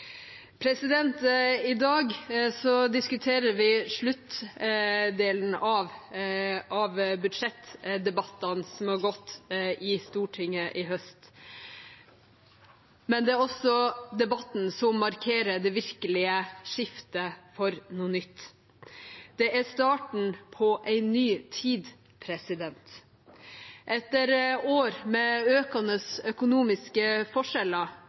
I dag diskuterer vi sluttdelen av budsjettdebattene som har gått i Stortinget i høst. Det er også debatten som markerer det virkelige skiftet for noe nytt, det er starten på en ny tid. Etter år med økende økonomiske forskjeller